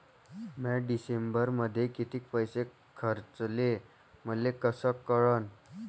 म्या डिसेंबरमध्ये कितीक पैसे खर्चले मले कस कळन?